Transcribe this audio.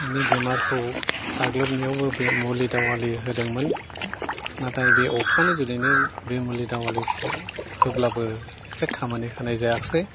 बि बेमारखौ साग्लोबनायावबो मुलि दावालि होदोंमोन नाथाय बे अखानि जुनैनो बे मुलि दावालिखौ होब्लाबो एसे खामानि होनाय जायाखिसै